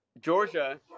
Georgia